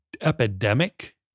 epidemic